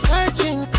Searching